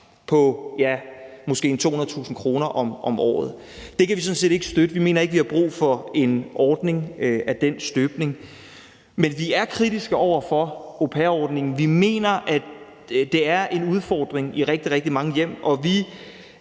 200.000 kr. om året. Det kan vi sådan set ikke støtte. Vi mener ikke, at vi har brug for en ordning af den støbning, men vi er kritiske over for au pair-ordningen. Vi mener, at det er en udfordring i rigtig, rigtig mange hjem,